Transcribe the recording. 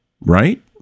right